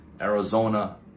Arizona